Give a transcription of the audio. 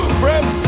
press